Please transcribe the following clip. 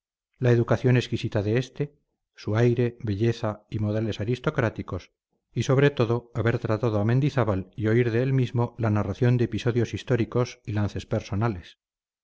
la educación exquisita de este su aire belleza y modales aristocráticos y sobre todo haber tratado a mendizábal y oír de él mismo la narración de episodios históricos y lances personales